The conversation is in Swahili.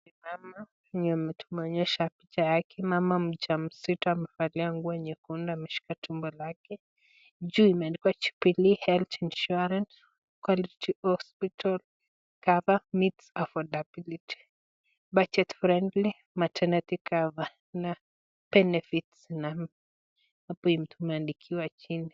Ni mama mwenye wametuonyesha picha yake, mama amevalia nguo nyekundu ameshika tumbo lake , juu imeadikwa jubilee health insurance quality hospital cover meets affordability, budget friendly mernity cover na benefits hapo yenye tumaendikiwa chini.